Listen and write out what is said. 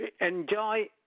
Enjoy